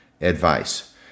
advice